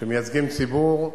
מייצגים ציבור,